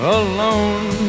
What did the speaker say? alone